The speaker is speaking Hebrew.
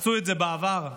עשו את זה בעבר לדאעש,